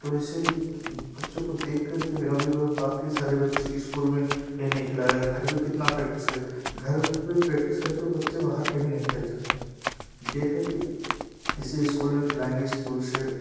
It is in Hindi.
तो ऐसे बच्चों को देख कर के लगा बाकि सारे बच्चे की स्कूल में कहीं नहीं खिलाया घर में कितना प्रैक्टिस करेगा घर पे प्रक्टिस करके बच्चे बाहर कहीं नहीं खेल सकते जे है कि किसी स्कूल में खेल पाएँगे स्कूल से